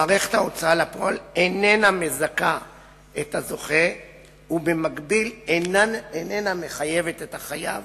מערכת ההוצאה לפועל איננה מזכה את הזוכה ובמקביל איננה מחייבת את החייב